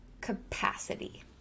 capacity